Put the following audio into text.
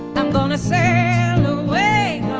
i'm going to sail away